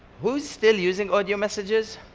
who's still using audio messages?